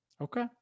Okay